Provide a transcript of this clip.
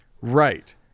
Right